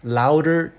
louder